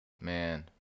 Man